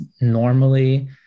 normally